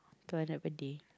two hundred per day